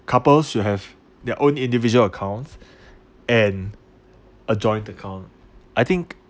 couples should have their own individual accounts and a joint account I think